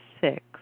six